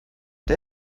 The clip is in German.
der